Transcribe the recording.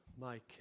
Mike